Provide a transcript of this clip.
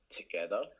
together